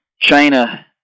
China